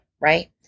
right